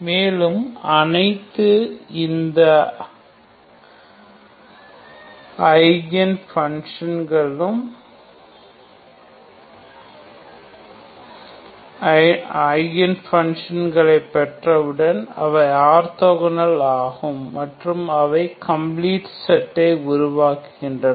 மேலும் இந்த அனைத்து ஐகன் ஃபங்ஷன்களை பெற்றவுடன் அவை ஆர்தொகோனல் ஆகும் மற்றும் அவை கம்ப்ளீட் செட்டை உருவாக்குகின்றன